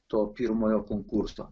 to pirmojo konkurso